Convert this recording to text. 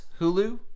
hulu